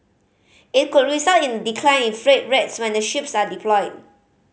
it could result in a decline in freight rates when the ships are deployed